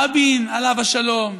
רבין, עליו השלום,